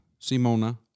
Simona